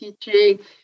teaching